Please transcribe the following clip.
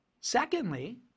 Secondly